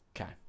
okay